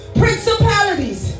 principalities